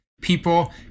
people